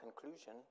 conclusion